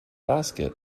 basket